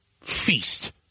feast